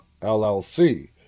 llc